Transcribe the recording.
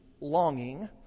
longing